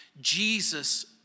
Jesus